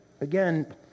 again